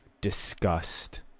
disgust